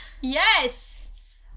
Yes